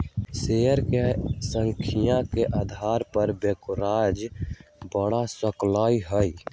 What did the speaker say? share के संख्या के अधार पर ब्रोकरेज बड़ सकलई ह